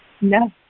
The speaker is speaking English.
No